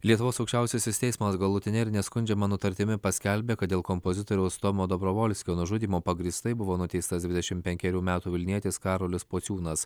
lietuvos aukščiausiasis teismas galutine ir neskundžiama nutartimi paskelbė kad dėl kompozitoriaus tomo dobrovolskio nužudymo pagrįstai buvo nuteistas dvidešimt penkerių metų vilnietis karolis pociūnas